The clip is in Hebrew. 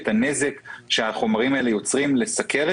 את הנזק שהחומרים האלה יוצרים שגורם לסוכרת.